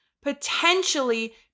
potentially